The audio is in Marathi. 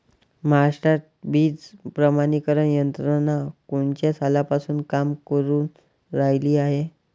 महाराष्ट्रात बीज प्रमानीकरण यंत्रना कोनच्या सालापासून काम करुन रायली हाये?